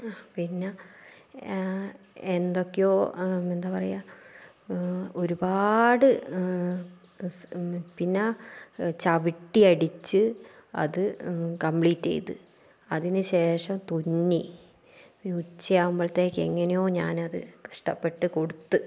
പിന്നെ എന്തൊക്കെയോ എന്താ പറയുക ഒരുപാട് പിന്നെ ചവിട്ടി അടിച്ച് അത് കംപ്ലീറ്റ് ചെയ്ത് അതിന് ശേഷം തുന്നി ഉച്ച ആകുമ്പോഴത്തേക്ക് എങ്ങനെയോ ഞാൻ അത് കഷ്ടപ്പെട്ട് കൊടുത്തു